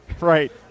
right